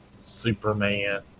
Superman